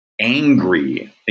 angry